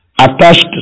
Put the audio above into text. attached